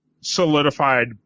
solidified